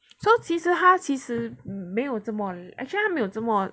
so 其实他其实没有这么 actually 没有这么